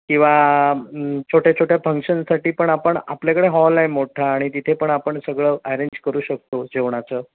किंवा छोट्या छोट्या फंक्शनसाठी पण आपण आपल्याकडे हॉल आहे मोठा आणि तिथे पण आपण सगळं अरेंज करू शकतो जेवणाचं